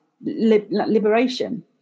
liberation